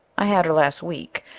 i had her last week,